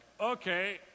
okay